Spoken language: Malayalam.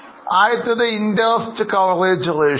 ആദ്യത്തേത് ഇൻട്രസ്റ്റ് കവറേജ് റേഷ്യോ